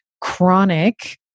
chronic